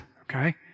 okay